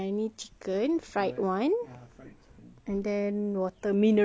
and then water mineral water also for yourself mineral water